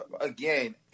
Again